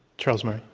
charles murray.